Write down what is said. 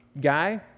guy